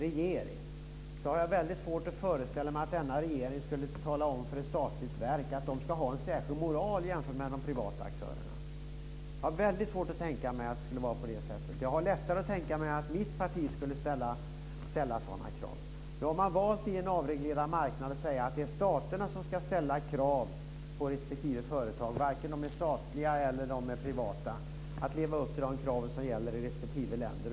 Fru talman! Jag har svårt att föreställa mig att en moderatledd regering skulle tala om för ett statligt verk att verket ska ha en särskild moral, jämfört med de privata aktörerna. Jag har svårt att tänka mig att det skulle vara på det sättet. Jag har lättare att tänka mig att mitt parti skulle ställa sådana krav. Nu har man valt att säga att det är staterna som ska ställa krav på respektive företag att leva upp till, på en avreglerad marknad. Det gäller antingen de är statliga eller privata.